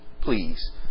Please